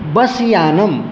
बस्यानं